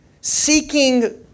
Seeking